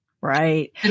Right